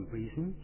reason